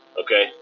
Okay